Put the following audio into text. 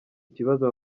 ikibazo